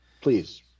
please